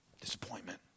disappointment